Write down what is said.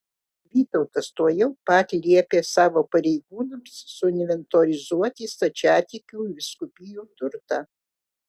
vytautas tuojau pat liepė savo pareigūnams suinventorizuoti stačiatikių vyskupijų turtą